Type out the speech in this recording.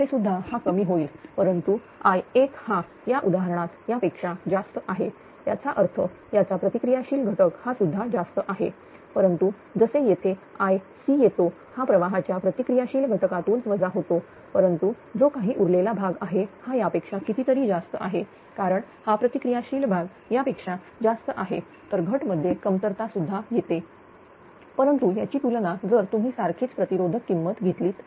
इथे सुद्धा हा कमी होईल परंतु I1 हा या उदाहरणात यापेक्षा जास्त आहे याचा अर्थ याचा प्रतिक्रिया शीला घटक हा सुद्धा जास्त आहे परंतु जसे येथे IC येतो हा प्रवाहाच्या प्रतिक्रिया शील घटकातून वजा होतो परंतु जो काही उरलेला भाग आहे हा यापेक्षा कितीतरी जास्त आहे कारण हा प्रतिक्रिया शील भाग यापेक्षा जास्त आहे तर घट मध्ये कमतरता सुद्धा येथे आहे परंतु याची तुलना जर तुम्ही सारखीच प्रतिरोधक किंमत घेतलीत